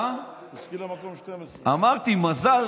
בוסקילה מקום 12. אמרתי, מזל